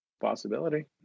Possibility